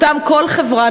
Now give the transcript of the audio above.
אותם כל חברה,